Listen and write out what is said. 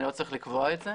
אני לא צריך לקבוע את זה?